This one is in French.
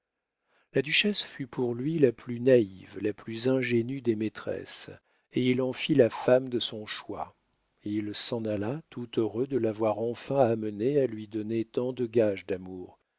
la duchesse fut pour lui la plus naïve la plus ingénue des maîtresses et il en fit la femme de son choix il s'en alla tout heureux de l'avoir enfin amenée à lui donner tant de gages d'amour